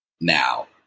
Now